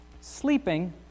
sleeping